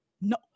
No